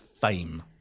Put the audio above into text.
fame